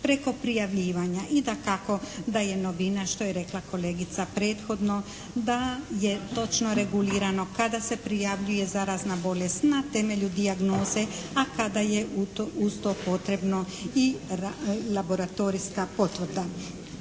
preko prijavljivanja. I dakako da je novina što je rekla kolegica prethodno da je točno regulirano kada se prijavljuje zarazna bolest na temelju dijagnoze, a kada je uz to potrebno i laboratorijska potvrda.